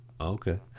okay